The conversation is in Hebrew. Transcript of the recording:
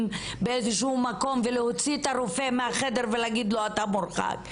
באיזה שהוא מקום ולהוציא את הרופא מהחדר ולהגיד לו 'אתה מורחק'.